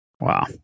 Wow